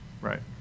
Right